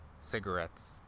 Cigarettes